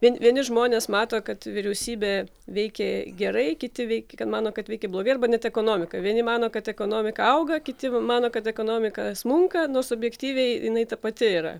vien vieni žmonės mato kad vyriausybė veikė gerai kiti veik kad mano kad veikė blogai arba net ekonomika vieni mano kad ekonomika auga kiti mano kad ekonomika smunka nu subjektyviai jinai ta pati yra